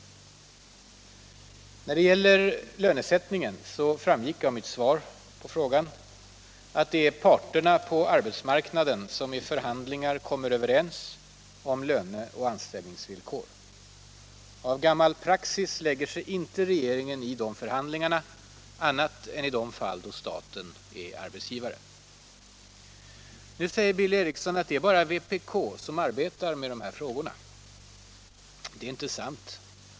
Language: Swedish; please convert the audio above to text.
Löne och anställningsvillkoren är det —- det framgick av mitt svar på frågan — parterna på arbetsmarknaden som kommer överens om vid förhandlingar. Av praxis lägger sig regeringen inte i de förhandlingarna, annat än i de fall då staten är arbetsgivare. Nu säger Billy Eriksson att det bara är vpk som arbetar med dessa frågor. Det är inte sant.